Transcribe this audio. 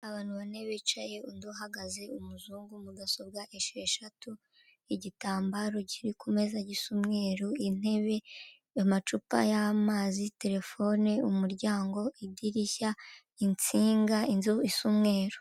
Abantu bane bicaye undi uhagaze, umuzungu, mudasobwa esheshatu, igitambaro kiri kumeza gisa umweru, intebe y'amacupa y'amazi, terefone, umuryango, idirishya, insinga, inzu isa umweru.